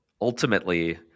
Ultimately